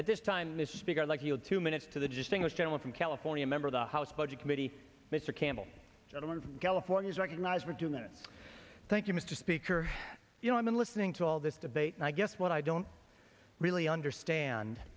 at this time mr speaker like you had two minutes to the distinguished gentleman from california member of the house budget committee mr campbell gentleman from california is recognized for doing this thank you mr speaker you know i've been listening to all this debate and i guess what i don't really understand